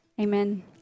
Amen